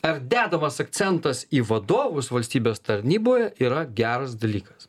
ar dedamas akcentas į vadovus valstybės tarnyboje yra geras dalykas